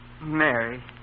Mary